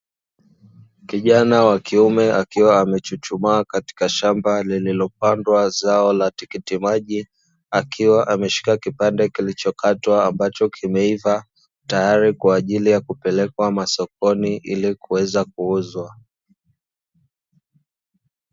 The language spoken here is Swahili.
Kijana wa kiume akiwa amechuchumaa katika shamba lililopandwa zao la tikiti maji, akiwa ameshika kipande kilichokatwa ambacho kimeiva, tayari kwa ajili ya kupelekwa masokoni ili kuweza kuuzwa.